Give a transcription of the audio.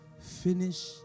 finish